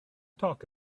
talk